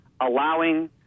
allowing